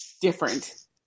different